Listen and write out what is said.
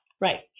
Right